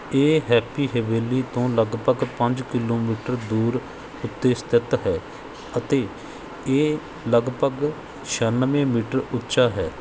ਇਹ ਹੈਪੀ ਹਵੇਲੀ ਤੋਂ ਲਗਭਗ ਪੰਜ ਕਿਲੋਮੀਟਰ ਦੂਰ ਉੱਤੇ ਸਥਿੱਤ ਹੈ ਅਤੇ ਇਹ ਲਗਭਗ ਛਿਆਨਵੇਂ ਮੀਟਰ ਉੱਚਾ ਹੈ